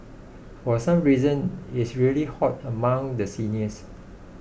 for some reason is really hot among the seniors